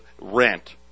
rent